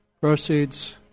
Proceeds